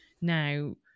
now